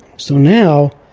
so now,